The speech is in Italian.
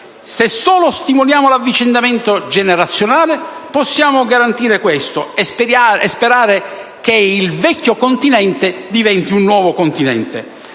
Solo se stimoliamo l'avvicendamento generazionale possiamo garantire questo e sperare che il vecchio continente diventi un nuovo continente.